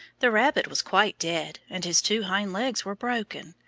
the rabbit was quite dead, and his two hind legs were broken.